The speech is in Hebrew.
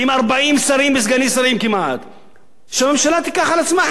עם כמעט 40 שרים וסגני שרים,